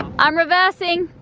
i'm reversing.